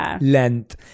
length